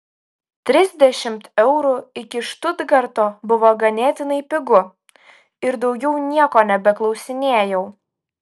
trisdešimt eurų iki štutgarto buvo ganėtinai pigu ir daugiau nieko nebeklausinėjau